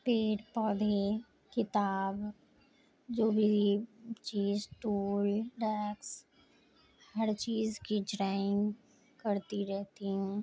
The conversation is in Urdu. پیڑ پودھے کتاب جو بھی چیز ٹول ڈیسک ہر چیز کی ڈرائنگ کرتی رہتی ہوں